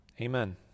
Amen